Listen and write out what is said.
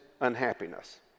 unhappiness